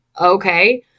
okay